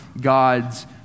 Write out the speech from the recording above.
God's